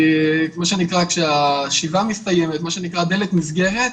מה שנקרא כשהדלת נסגרת,